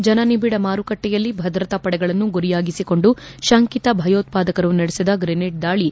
ಜನನಬಿಡ ಮಾರುಕಟ್ಟೆಯಲ್ಲಿ ಭದ್ರತಾ ಪಡೆಗಳನ್ನು ಗುರಿಯಾಗಿಸಿಕೊಂಡು ಶಂಕಿತ ಭಯೋತ್ಪಾದಕರು ನಡೆಸಿದ ಗ್ರೆನೇಡ್ ದಾಳಿ